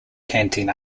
canting